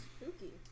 spooky